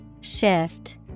Shift